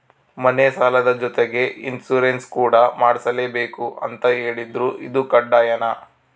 ಮನೆ ಸಾಲದ ಜೊತೆಗೆ ಇನ್ಸುರೆನ್ಸ್ ಕೂಡ ಮಾಡ್ಸಲೇಬೇಕು ಅಂತ ಹೇಳಿದ್ರು ಇದು ಕಡ್ಡಾಯನಾ?